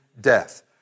death